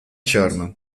чарнӑ